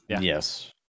Yes